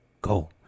go